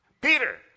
Peter